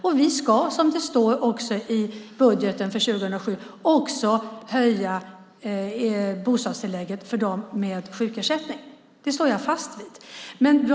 Och vi ska, som det står i budgeten för 2007, höja bostadstillägget för dem med sjukersättning. Det står jag fast vid.